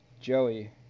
Joey